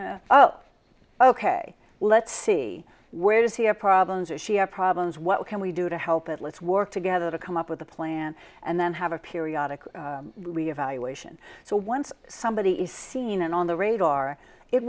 oh ok let's see where does he have problems or she has problems what can we do to help it let's work together to come up with a plan and then have a periodic reevaluation so once somebody is seen and on the radar it